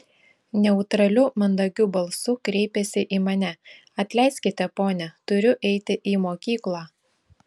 neutraliu mandagiu balsu kreipėsi į mane atleiskite ponia turiu eiti į mokyklą